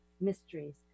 mysteries